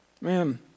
man